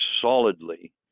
solidly